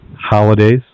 holidays